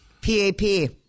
P-A-P